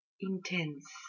intense